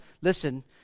Listen